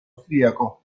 austriaco